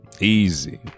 Easy